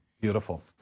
Beautiful